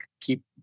keep